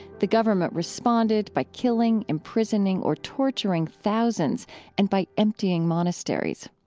the government responded by killing, imprisoning, or torturing thousands and by emptying monasteries.